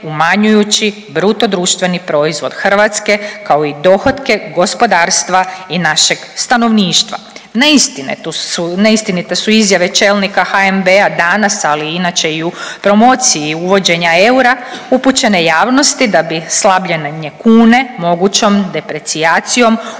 umanjujući BDP Hrvatske, kao i dohotke gospodarstva i našeg stanovništva. Neistine, to su, neistinite su izjave čelnika HNB-a danas, ali i inače i u promociji uvođenja eura upućene javnosti, da bi slabljene kune mogućom deprecijacijom uveliko